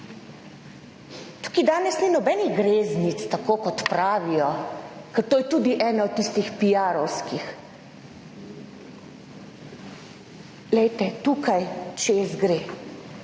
Tukaj danes ni nobenih greznic, tako kot pravijo, ker to je tudi ena od tistih piarovskih. Glejte, tukaj čez gre.